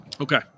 okay